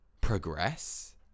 progress